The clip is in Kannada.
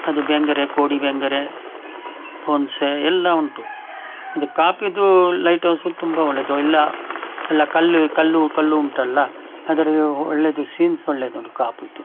ಅದು ಬೆಂಗ್ರೆ ಕೋಡಿ ಬೆಂಗ್ರೆ ತೋನ್ಸೆ ಎಲ್ಲ ಉಂಟು ಅದು ಕಾಪುದು ಲೈಟ್ಹೌಸು ತುಂಬ ಒಳ್ಳೆದು ಇಲ್ಲ ಎಲ್ಲ ಕಲ್ಲು ಕಲ್ಲು ಕಲ್ಲು ಉಂಟಲ್ಲ ಅದರ ಒಳ್ಳೇದು ಸೀನ್ಸ್ ಒಳ್ಳೇದುಂಟು ಕಾಪುದು